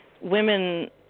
women